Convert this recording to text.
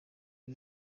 ngo